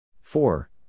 Four